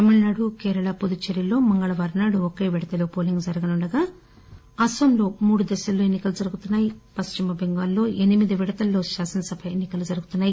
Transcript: తమిళనాడు కేరళ పుదుచ్చేరిల్లో మంగళవారం నాడు ఒకే విడతలో పోలింగ్ జరగనుండగా అస్సాంలో మూడు దశల్లో ఎన్నికలు జరుగుతున్నాయి పశ్చిమటెంగాల్లో ఎనిమిది విడతల్లో శాసనసభ ఎన్నికలు జరుగుతున్నాయి